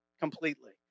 completely